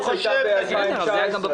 אנחנו עושים את זה בכל הדרכים שלנו,